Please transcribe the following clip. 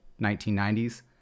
1990s